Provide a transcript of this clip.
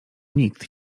nikt